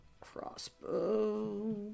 Crossbow